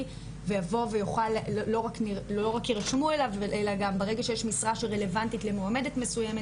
ולא רק יירשמו אליו אלא גם ברגע שיש משרה שרלוונטית למועמדת מסוימת